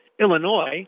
Illinois